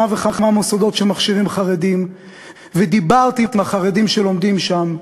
וכמה מוסדות שמכשירים חרדים ודיברתי עם החרדים שלומדים שם.